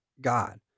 God